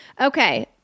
okay